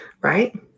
Right